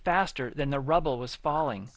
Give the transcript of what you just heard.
faster than the rubble was falling